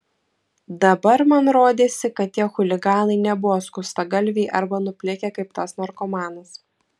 dabar man rodėsi kad tie chuliganai nebuvo skustagalviai arba nuplikę kaip tas narkomanas